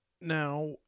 now